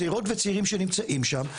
צעירות וצעירים שנמצאים שם,